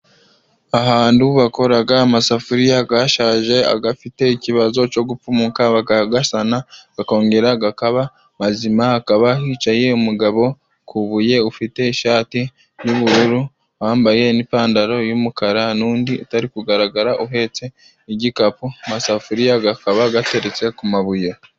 Ahantu bakora amasafuriya yashaje, afite ikibazo cyo gupfumuka bakayasana akongera akaba mazima. Hakaba hicaye umugabo kubuye ufite ishati y'ubururu wambaye n'ipantaro y'umukara n'undi utari kugaragara uhetse igikapu amasafuriya akaba ateretse ku mabuye.